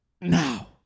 now